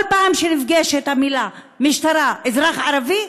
כל פעם שנפגשות המילים "משטרה" ו"אזרח ערבי",